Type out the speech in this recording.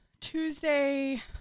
Tuesday